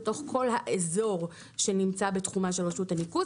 לתוך כל האזור שנמצא בתחומה של רשות הניקוז,